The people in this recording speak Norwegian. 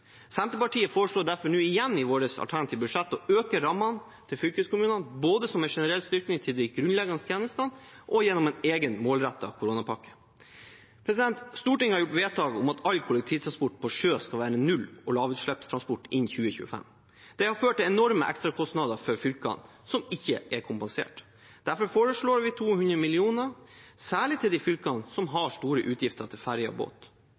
Senterpartiet foreslår derfor nå igjen i sitt alternative budsjett å øke rammene til fylkeskommunene både som en generell styrking til de grunnleggende tjenestene og gjennom en egen, målrettet koronapakke. Stortinget har gjort vedtak om at all kollektivtransport på sjø skal være null- og lavutslippstransport innen 2025. Det har ført til enorme ekstrakostnader for fylkene, som ikke er kompensert. Derfor foreslår vi 200 mill. kr særlig til de fylkene som har store utgifter til ferjer og